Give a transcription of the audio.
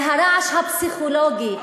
זה הרעש הפסיכולוגי.